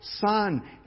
Son